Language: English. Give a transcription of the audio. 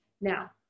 Now